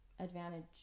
advantage